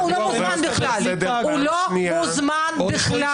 הוא לא מוזמן בכלל.